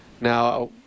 Now